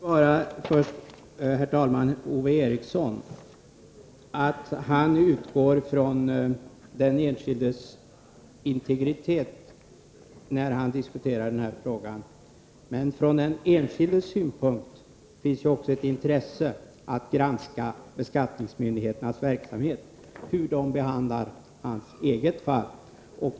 Herr talman! Ove Eriksson utgår från den enskildes integritet när han diskuterar den här frågan. Men från den enskildes synpunkt finns också ett intresse att granska beskattningsmyndigheternas verksamhet och deras sätt att behandla hans eget fall.